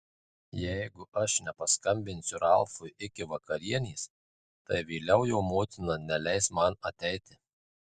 jeigu aš nepaskambinsiu ralfui iki vakarienės tai vėliau jo motina neleis man ateiti